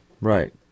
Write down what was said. Right